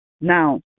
Now